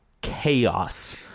chaos